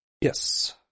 Yes